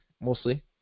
mostly